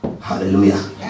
hallelujah